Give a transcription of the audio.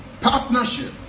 Partnership